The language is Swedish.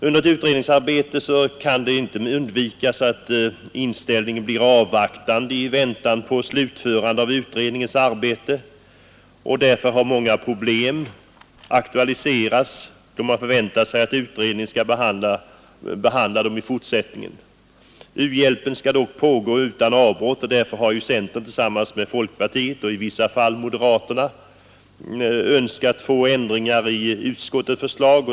Under utredningsarbetet kan det inte undvikas att inställningen blir avvaktande i väntan på slutförandet av utredningens arbete, och därför har många 17 problem aktualiserats, som man förväntar sig att utredningen skall behandla i fortsättningen. U-hjälpen skall dock pågå utan avbrott, och därför har centerpartiet tillsammans med folkpartiet och i vissa fall moderaterna önskat få ändringar i utskottets förslag.